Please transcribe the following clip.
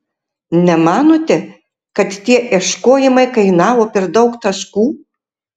nemanote kad tie ieškojimai kainavo per daug taškų